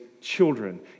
children